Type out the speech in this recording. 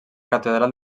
catedral